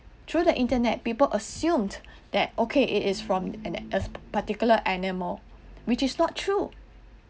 through the internet people assumed that okay it is from an a particular animal which is not true